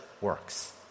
works